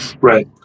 Right